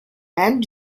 and